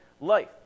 life